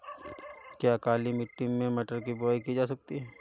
क्या काली मिट्टी में मटर की बुआई की जा सकती है?